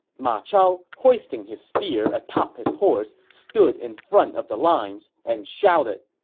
ma chao, hoisting his spear atop his horse, stood in front of the lines and shouted,